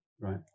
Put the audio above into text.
right